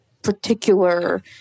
particular